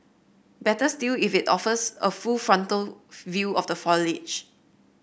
better still if it offers a full frontal view of the foliage